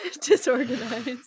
disorganized